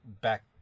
back